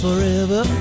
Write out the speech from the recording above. Forever